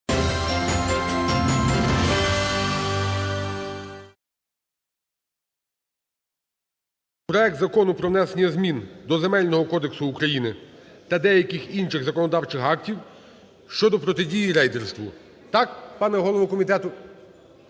проект Закону про внесення змін до Земельного кодексу України та деяких інших законодавчих актів щодо протидії рейдерству (№ 8121). Колеги,